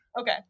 Okay